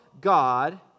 God